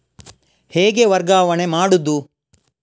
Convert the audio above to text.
ಹೇಗೆ ವರ್ಗಾವಣೆ ಮಾಡುದು?